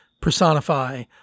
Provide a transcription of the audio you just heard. personify